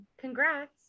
Congrats